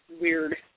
Weird